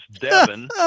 Devin